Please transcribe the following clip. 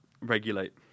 regulate